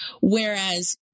Whereas